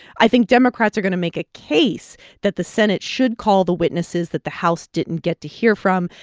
i think democrats are going to make a case that the senate should call the witnesses that the house didn't get to hear from.